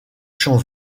champs